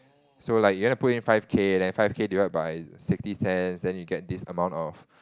so like you wanna put in five K then five K divide by sixty cents then you get this amount of